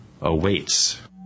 awaits